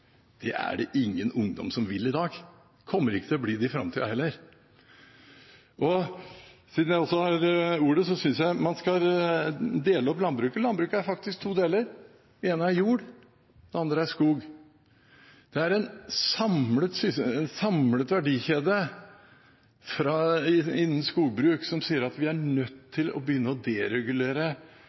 Det er det ingen ungdom som vil i dag. Det kommer det ikke til å bli i framtida heller. Og, siden jeg først har ordet, så synes jeg man skal dele opp landbruket. Landbruket består faktisk av to deler. Den ene er jord, den andre er skog. Det er en samlet verdikjede innen skogbruk som sier at vi er nødt til å begynne å deregulere